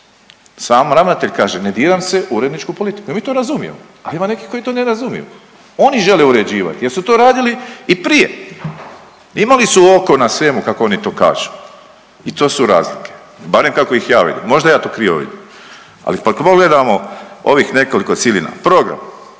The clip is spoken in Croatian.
Sam ravnatelj kaže ne diram se u uredničku politiku i mi to razumijemo, ali ima nekih koji to ne razumiju. Oni žele uređivati, jer su to radili i prije. Imali su oko na svemu kako oni to kažu i to su razlike barem kako ih ja vidim. Možda ja to krivo vidim, ali kad pogledamo ovih nekoliko … /ne razumije